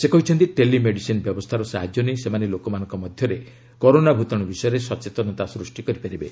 ସେ କହିଛନ୍ତି telemedicine ବ୍ୟବସ୍ଥାର ସାହାଯ୍ୟ ନେଇ ସେମାନେ ଲୋକମାନଙ୍କ ମଧ୍ୟରେ କରୋନା ଭୂତାଣୁ ବିଷୟରେ ସଚେତନତା ସୃଷ୍ଟି କରିପାରିବେ